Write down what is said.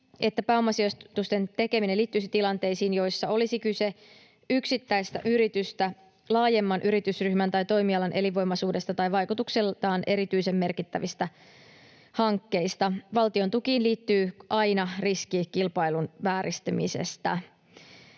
että pääomasijoitusten tekeminen liittyy tilanteisiin, joissa olisi kyse yksittäistä yritystä laajemman yritysryhmän tai toimialan elinvoimaisuudesta tai vaikutukseltaan erityisen merkittävistä hankkeista. Valtiontukiin liittyy aina riski kilpailun vääristymisestä.